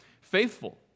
faithful